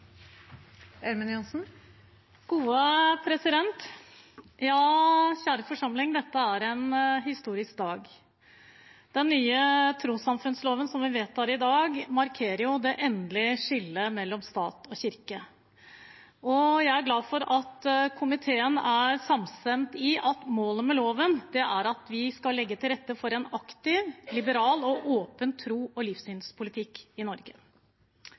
en historisk dag. Den nye trossamfunnsloven som vi vedtar i dag, markerer det endelige skillet mellom stat og kirke. Jeg er glad for at komiteen er samstemt i at målet med loven er at vi skal legge til rette for en aktiv, liberal og åpen tros- og livssynspolitikk i Norge.